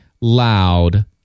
loud